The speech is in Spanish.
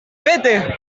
vete